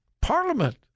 Parliament